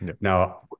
Now